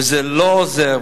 וזה לא עוזר.